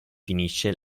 finisce